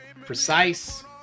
precise